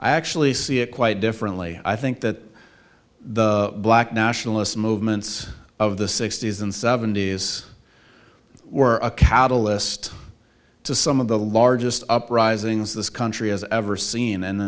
i actually see it quite differently i think that the black nationalist movements of the sixty's and seventy's were a catalyst to some of the largest uprisings this country has ever seen and